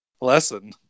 lesson